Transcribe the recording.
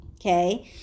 Okay